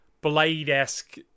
Blade-esque